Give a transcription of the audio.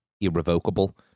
irrevocable